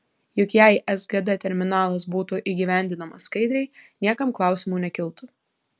juk jei sgd terminalas būtų įgyvendinamas skaidriai niekam klausimų nekiltų